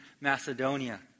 Macedonia